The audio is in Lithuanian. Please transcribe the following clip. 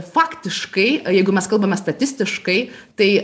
faktiškai jeigu mes kalbame statistiškai tai